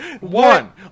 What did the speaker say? one